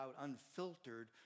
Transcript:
unfiltered